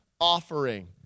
offering